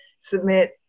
submit